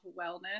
wellness